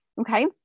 Okay